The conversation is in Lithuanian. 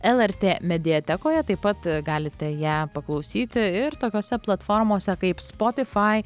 elertė mediatekoje taip pat galite ją paklausyti ir tokiose platformose kaip spotifai